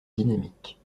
dynamique